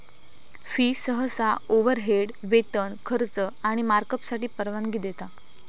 fee सहसा overhead, वेतन, खर्च आणि मार्कअपसाठी परवानगी देता